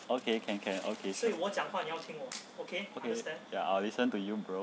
okay can can okay ya I will listen to you bro